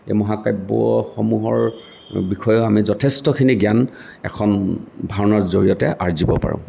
এই মহাকাব্যসমূহৰ বিষয়েও আমি যথেষ্টখিনি জ্ঞান এখন ভাওনাৰ জৰিয়তে আৰ্জিব পাৰোঁ